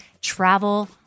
travel